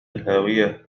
الهاوية